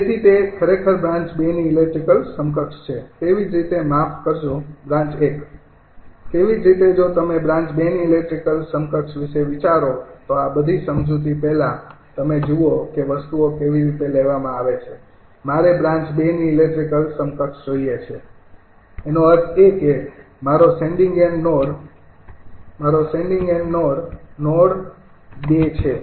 તેથી તે ખરેખર બ્રાન્ચ ૨ ની ઇલેક્ટ્રિકલ સમકક્ષ છે તેવી જ રીતે માફ કરજો બ્રાન્ચ ૧ તેવી જ રીતે જો તમે બ્રાન્ચ ૨ ની ઇલેક્ટ્રિકલ સમકક્ષ વિશે વિચારો તો આ બધી સમજૂતી પહેલાં તમે જુઓ કે વસ્તુઓ કેવી રીતે લેવામાં આવે છે મારે બ્રાન્ચ ૨ ની ઇલેક્ટ્રિકલ સમકક્ષ જોઇએ છે તેનો અર્થ એ કે મારો સેંડિંગ એન્ડ નોડ નોડ ૨ છે